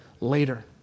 later